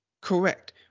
Correct